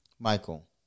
Michael